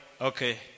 Okay